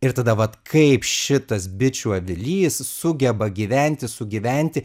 ir tada vat kaip šitas bičių avilys sugeba gyventi sugyventi